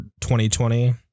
2020